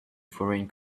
foreign